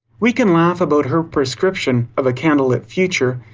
we can laugh about her prescription of a candlelit future.